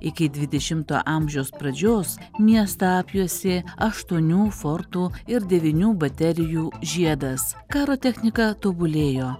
iki dvidešimto amžiaus pradžios miestą apjuosė aštuonių fortų ir devynių baterijų žiedas karo technika tobulėjo